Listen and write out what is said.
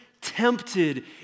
tempted